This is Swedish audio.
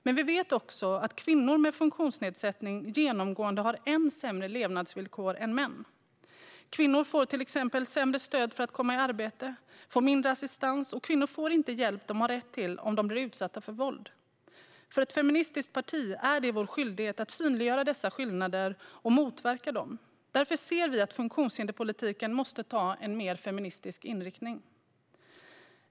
Men vi vet också att kvinnor med funktionsnedsättning genomgående har ännu sämre levnadsvillkor än män. Kvinnor får till exempel sämre stöd för att komma i arbete, får mindre assistans och får inte den hjälp de har rätt till om de blir utsatta för våld. För ett feministiskt parti som vårt är det en skyldighet att synliggöra dessa skillnader och motverka dem. Funktionshinderspolitiken måste ta en mer feministisk inriktning.